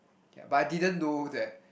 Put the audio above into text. yeah but I didn't do that